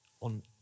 on